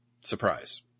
Surprise